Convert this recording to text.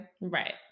right